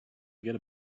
forget